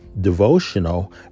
Devotional